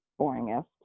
boringest